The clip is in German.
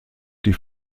die